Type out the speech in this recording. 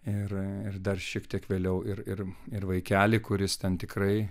ir ir dar šiek tiek vėliau ir ir ir vaikelį kuris ten tikrai